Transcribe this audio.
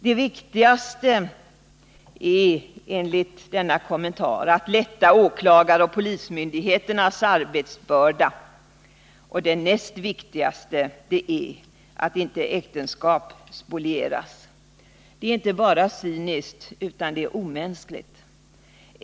Det viktigaste är enligt denna kommentar att lätta åklagaroch polismyndigheternas arbetsbörda, och det näst viktigaste är att inte äktenskap spolieras. Detta är inte bara cyniskt utan omänskligt.